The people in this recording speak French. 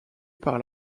par